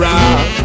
Rock